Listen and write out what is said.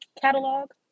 Catalog